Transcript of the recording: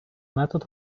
метод